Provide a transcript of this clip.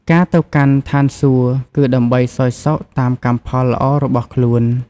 ការទៅកាន់ឋានសួគ៌ គឺដើម្បីសោយសុខតាមកម្មផលល្អរបស់ខ្លួន។